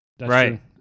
Right